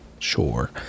sure